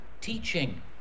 teaching